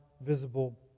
visible